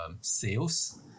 sales